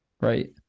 Right